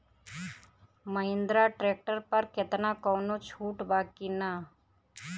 Mahindra tractor पर केतना कौनो छूट बा कि ना?